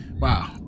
Wow